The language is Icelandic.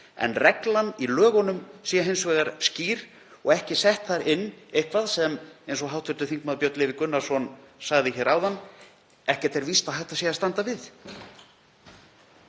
að reglan í lögunum sé hins vegar skýr og ekki sett þar inn eitthvað sem, eins og hv. þm. Björn Leví Gunnarsson sagði hér áðan, ekki er víst að hægt sé að standa við.